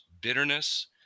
bitterness